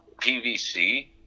PVC